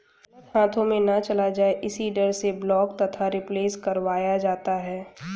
गलत हाथों में ना चला जाए इसी डर से ब्लॉक तथा रिप्लेस करवाया जाता है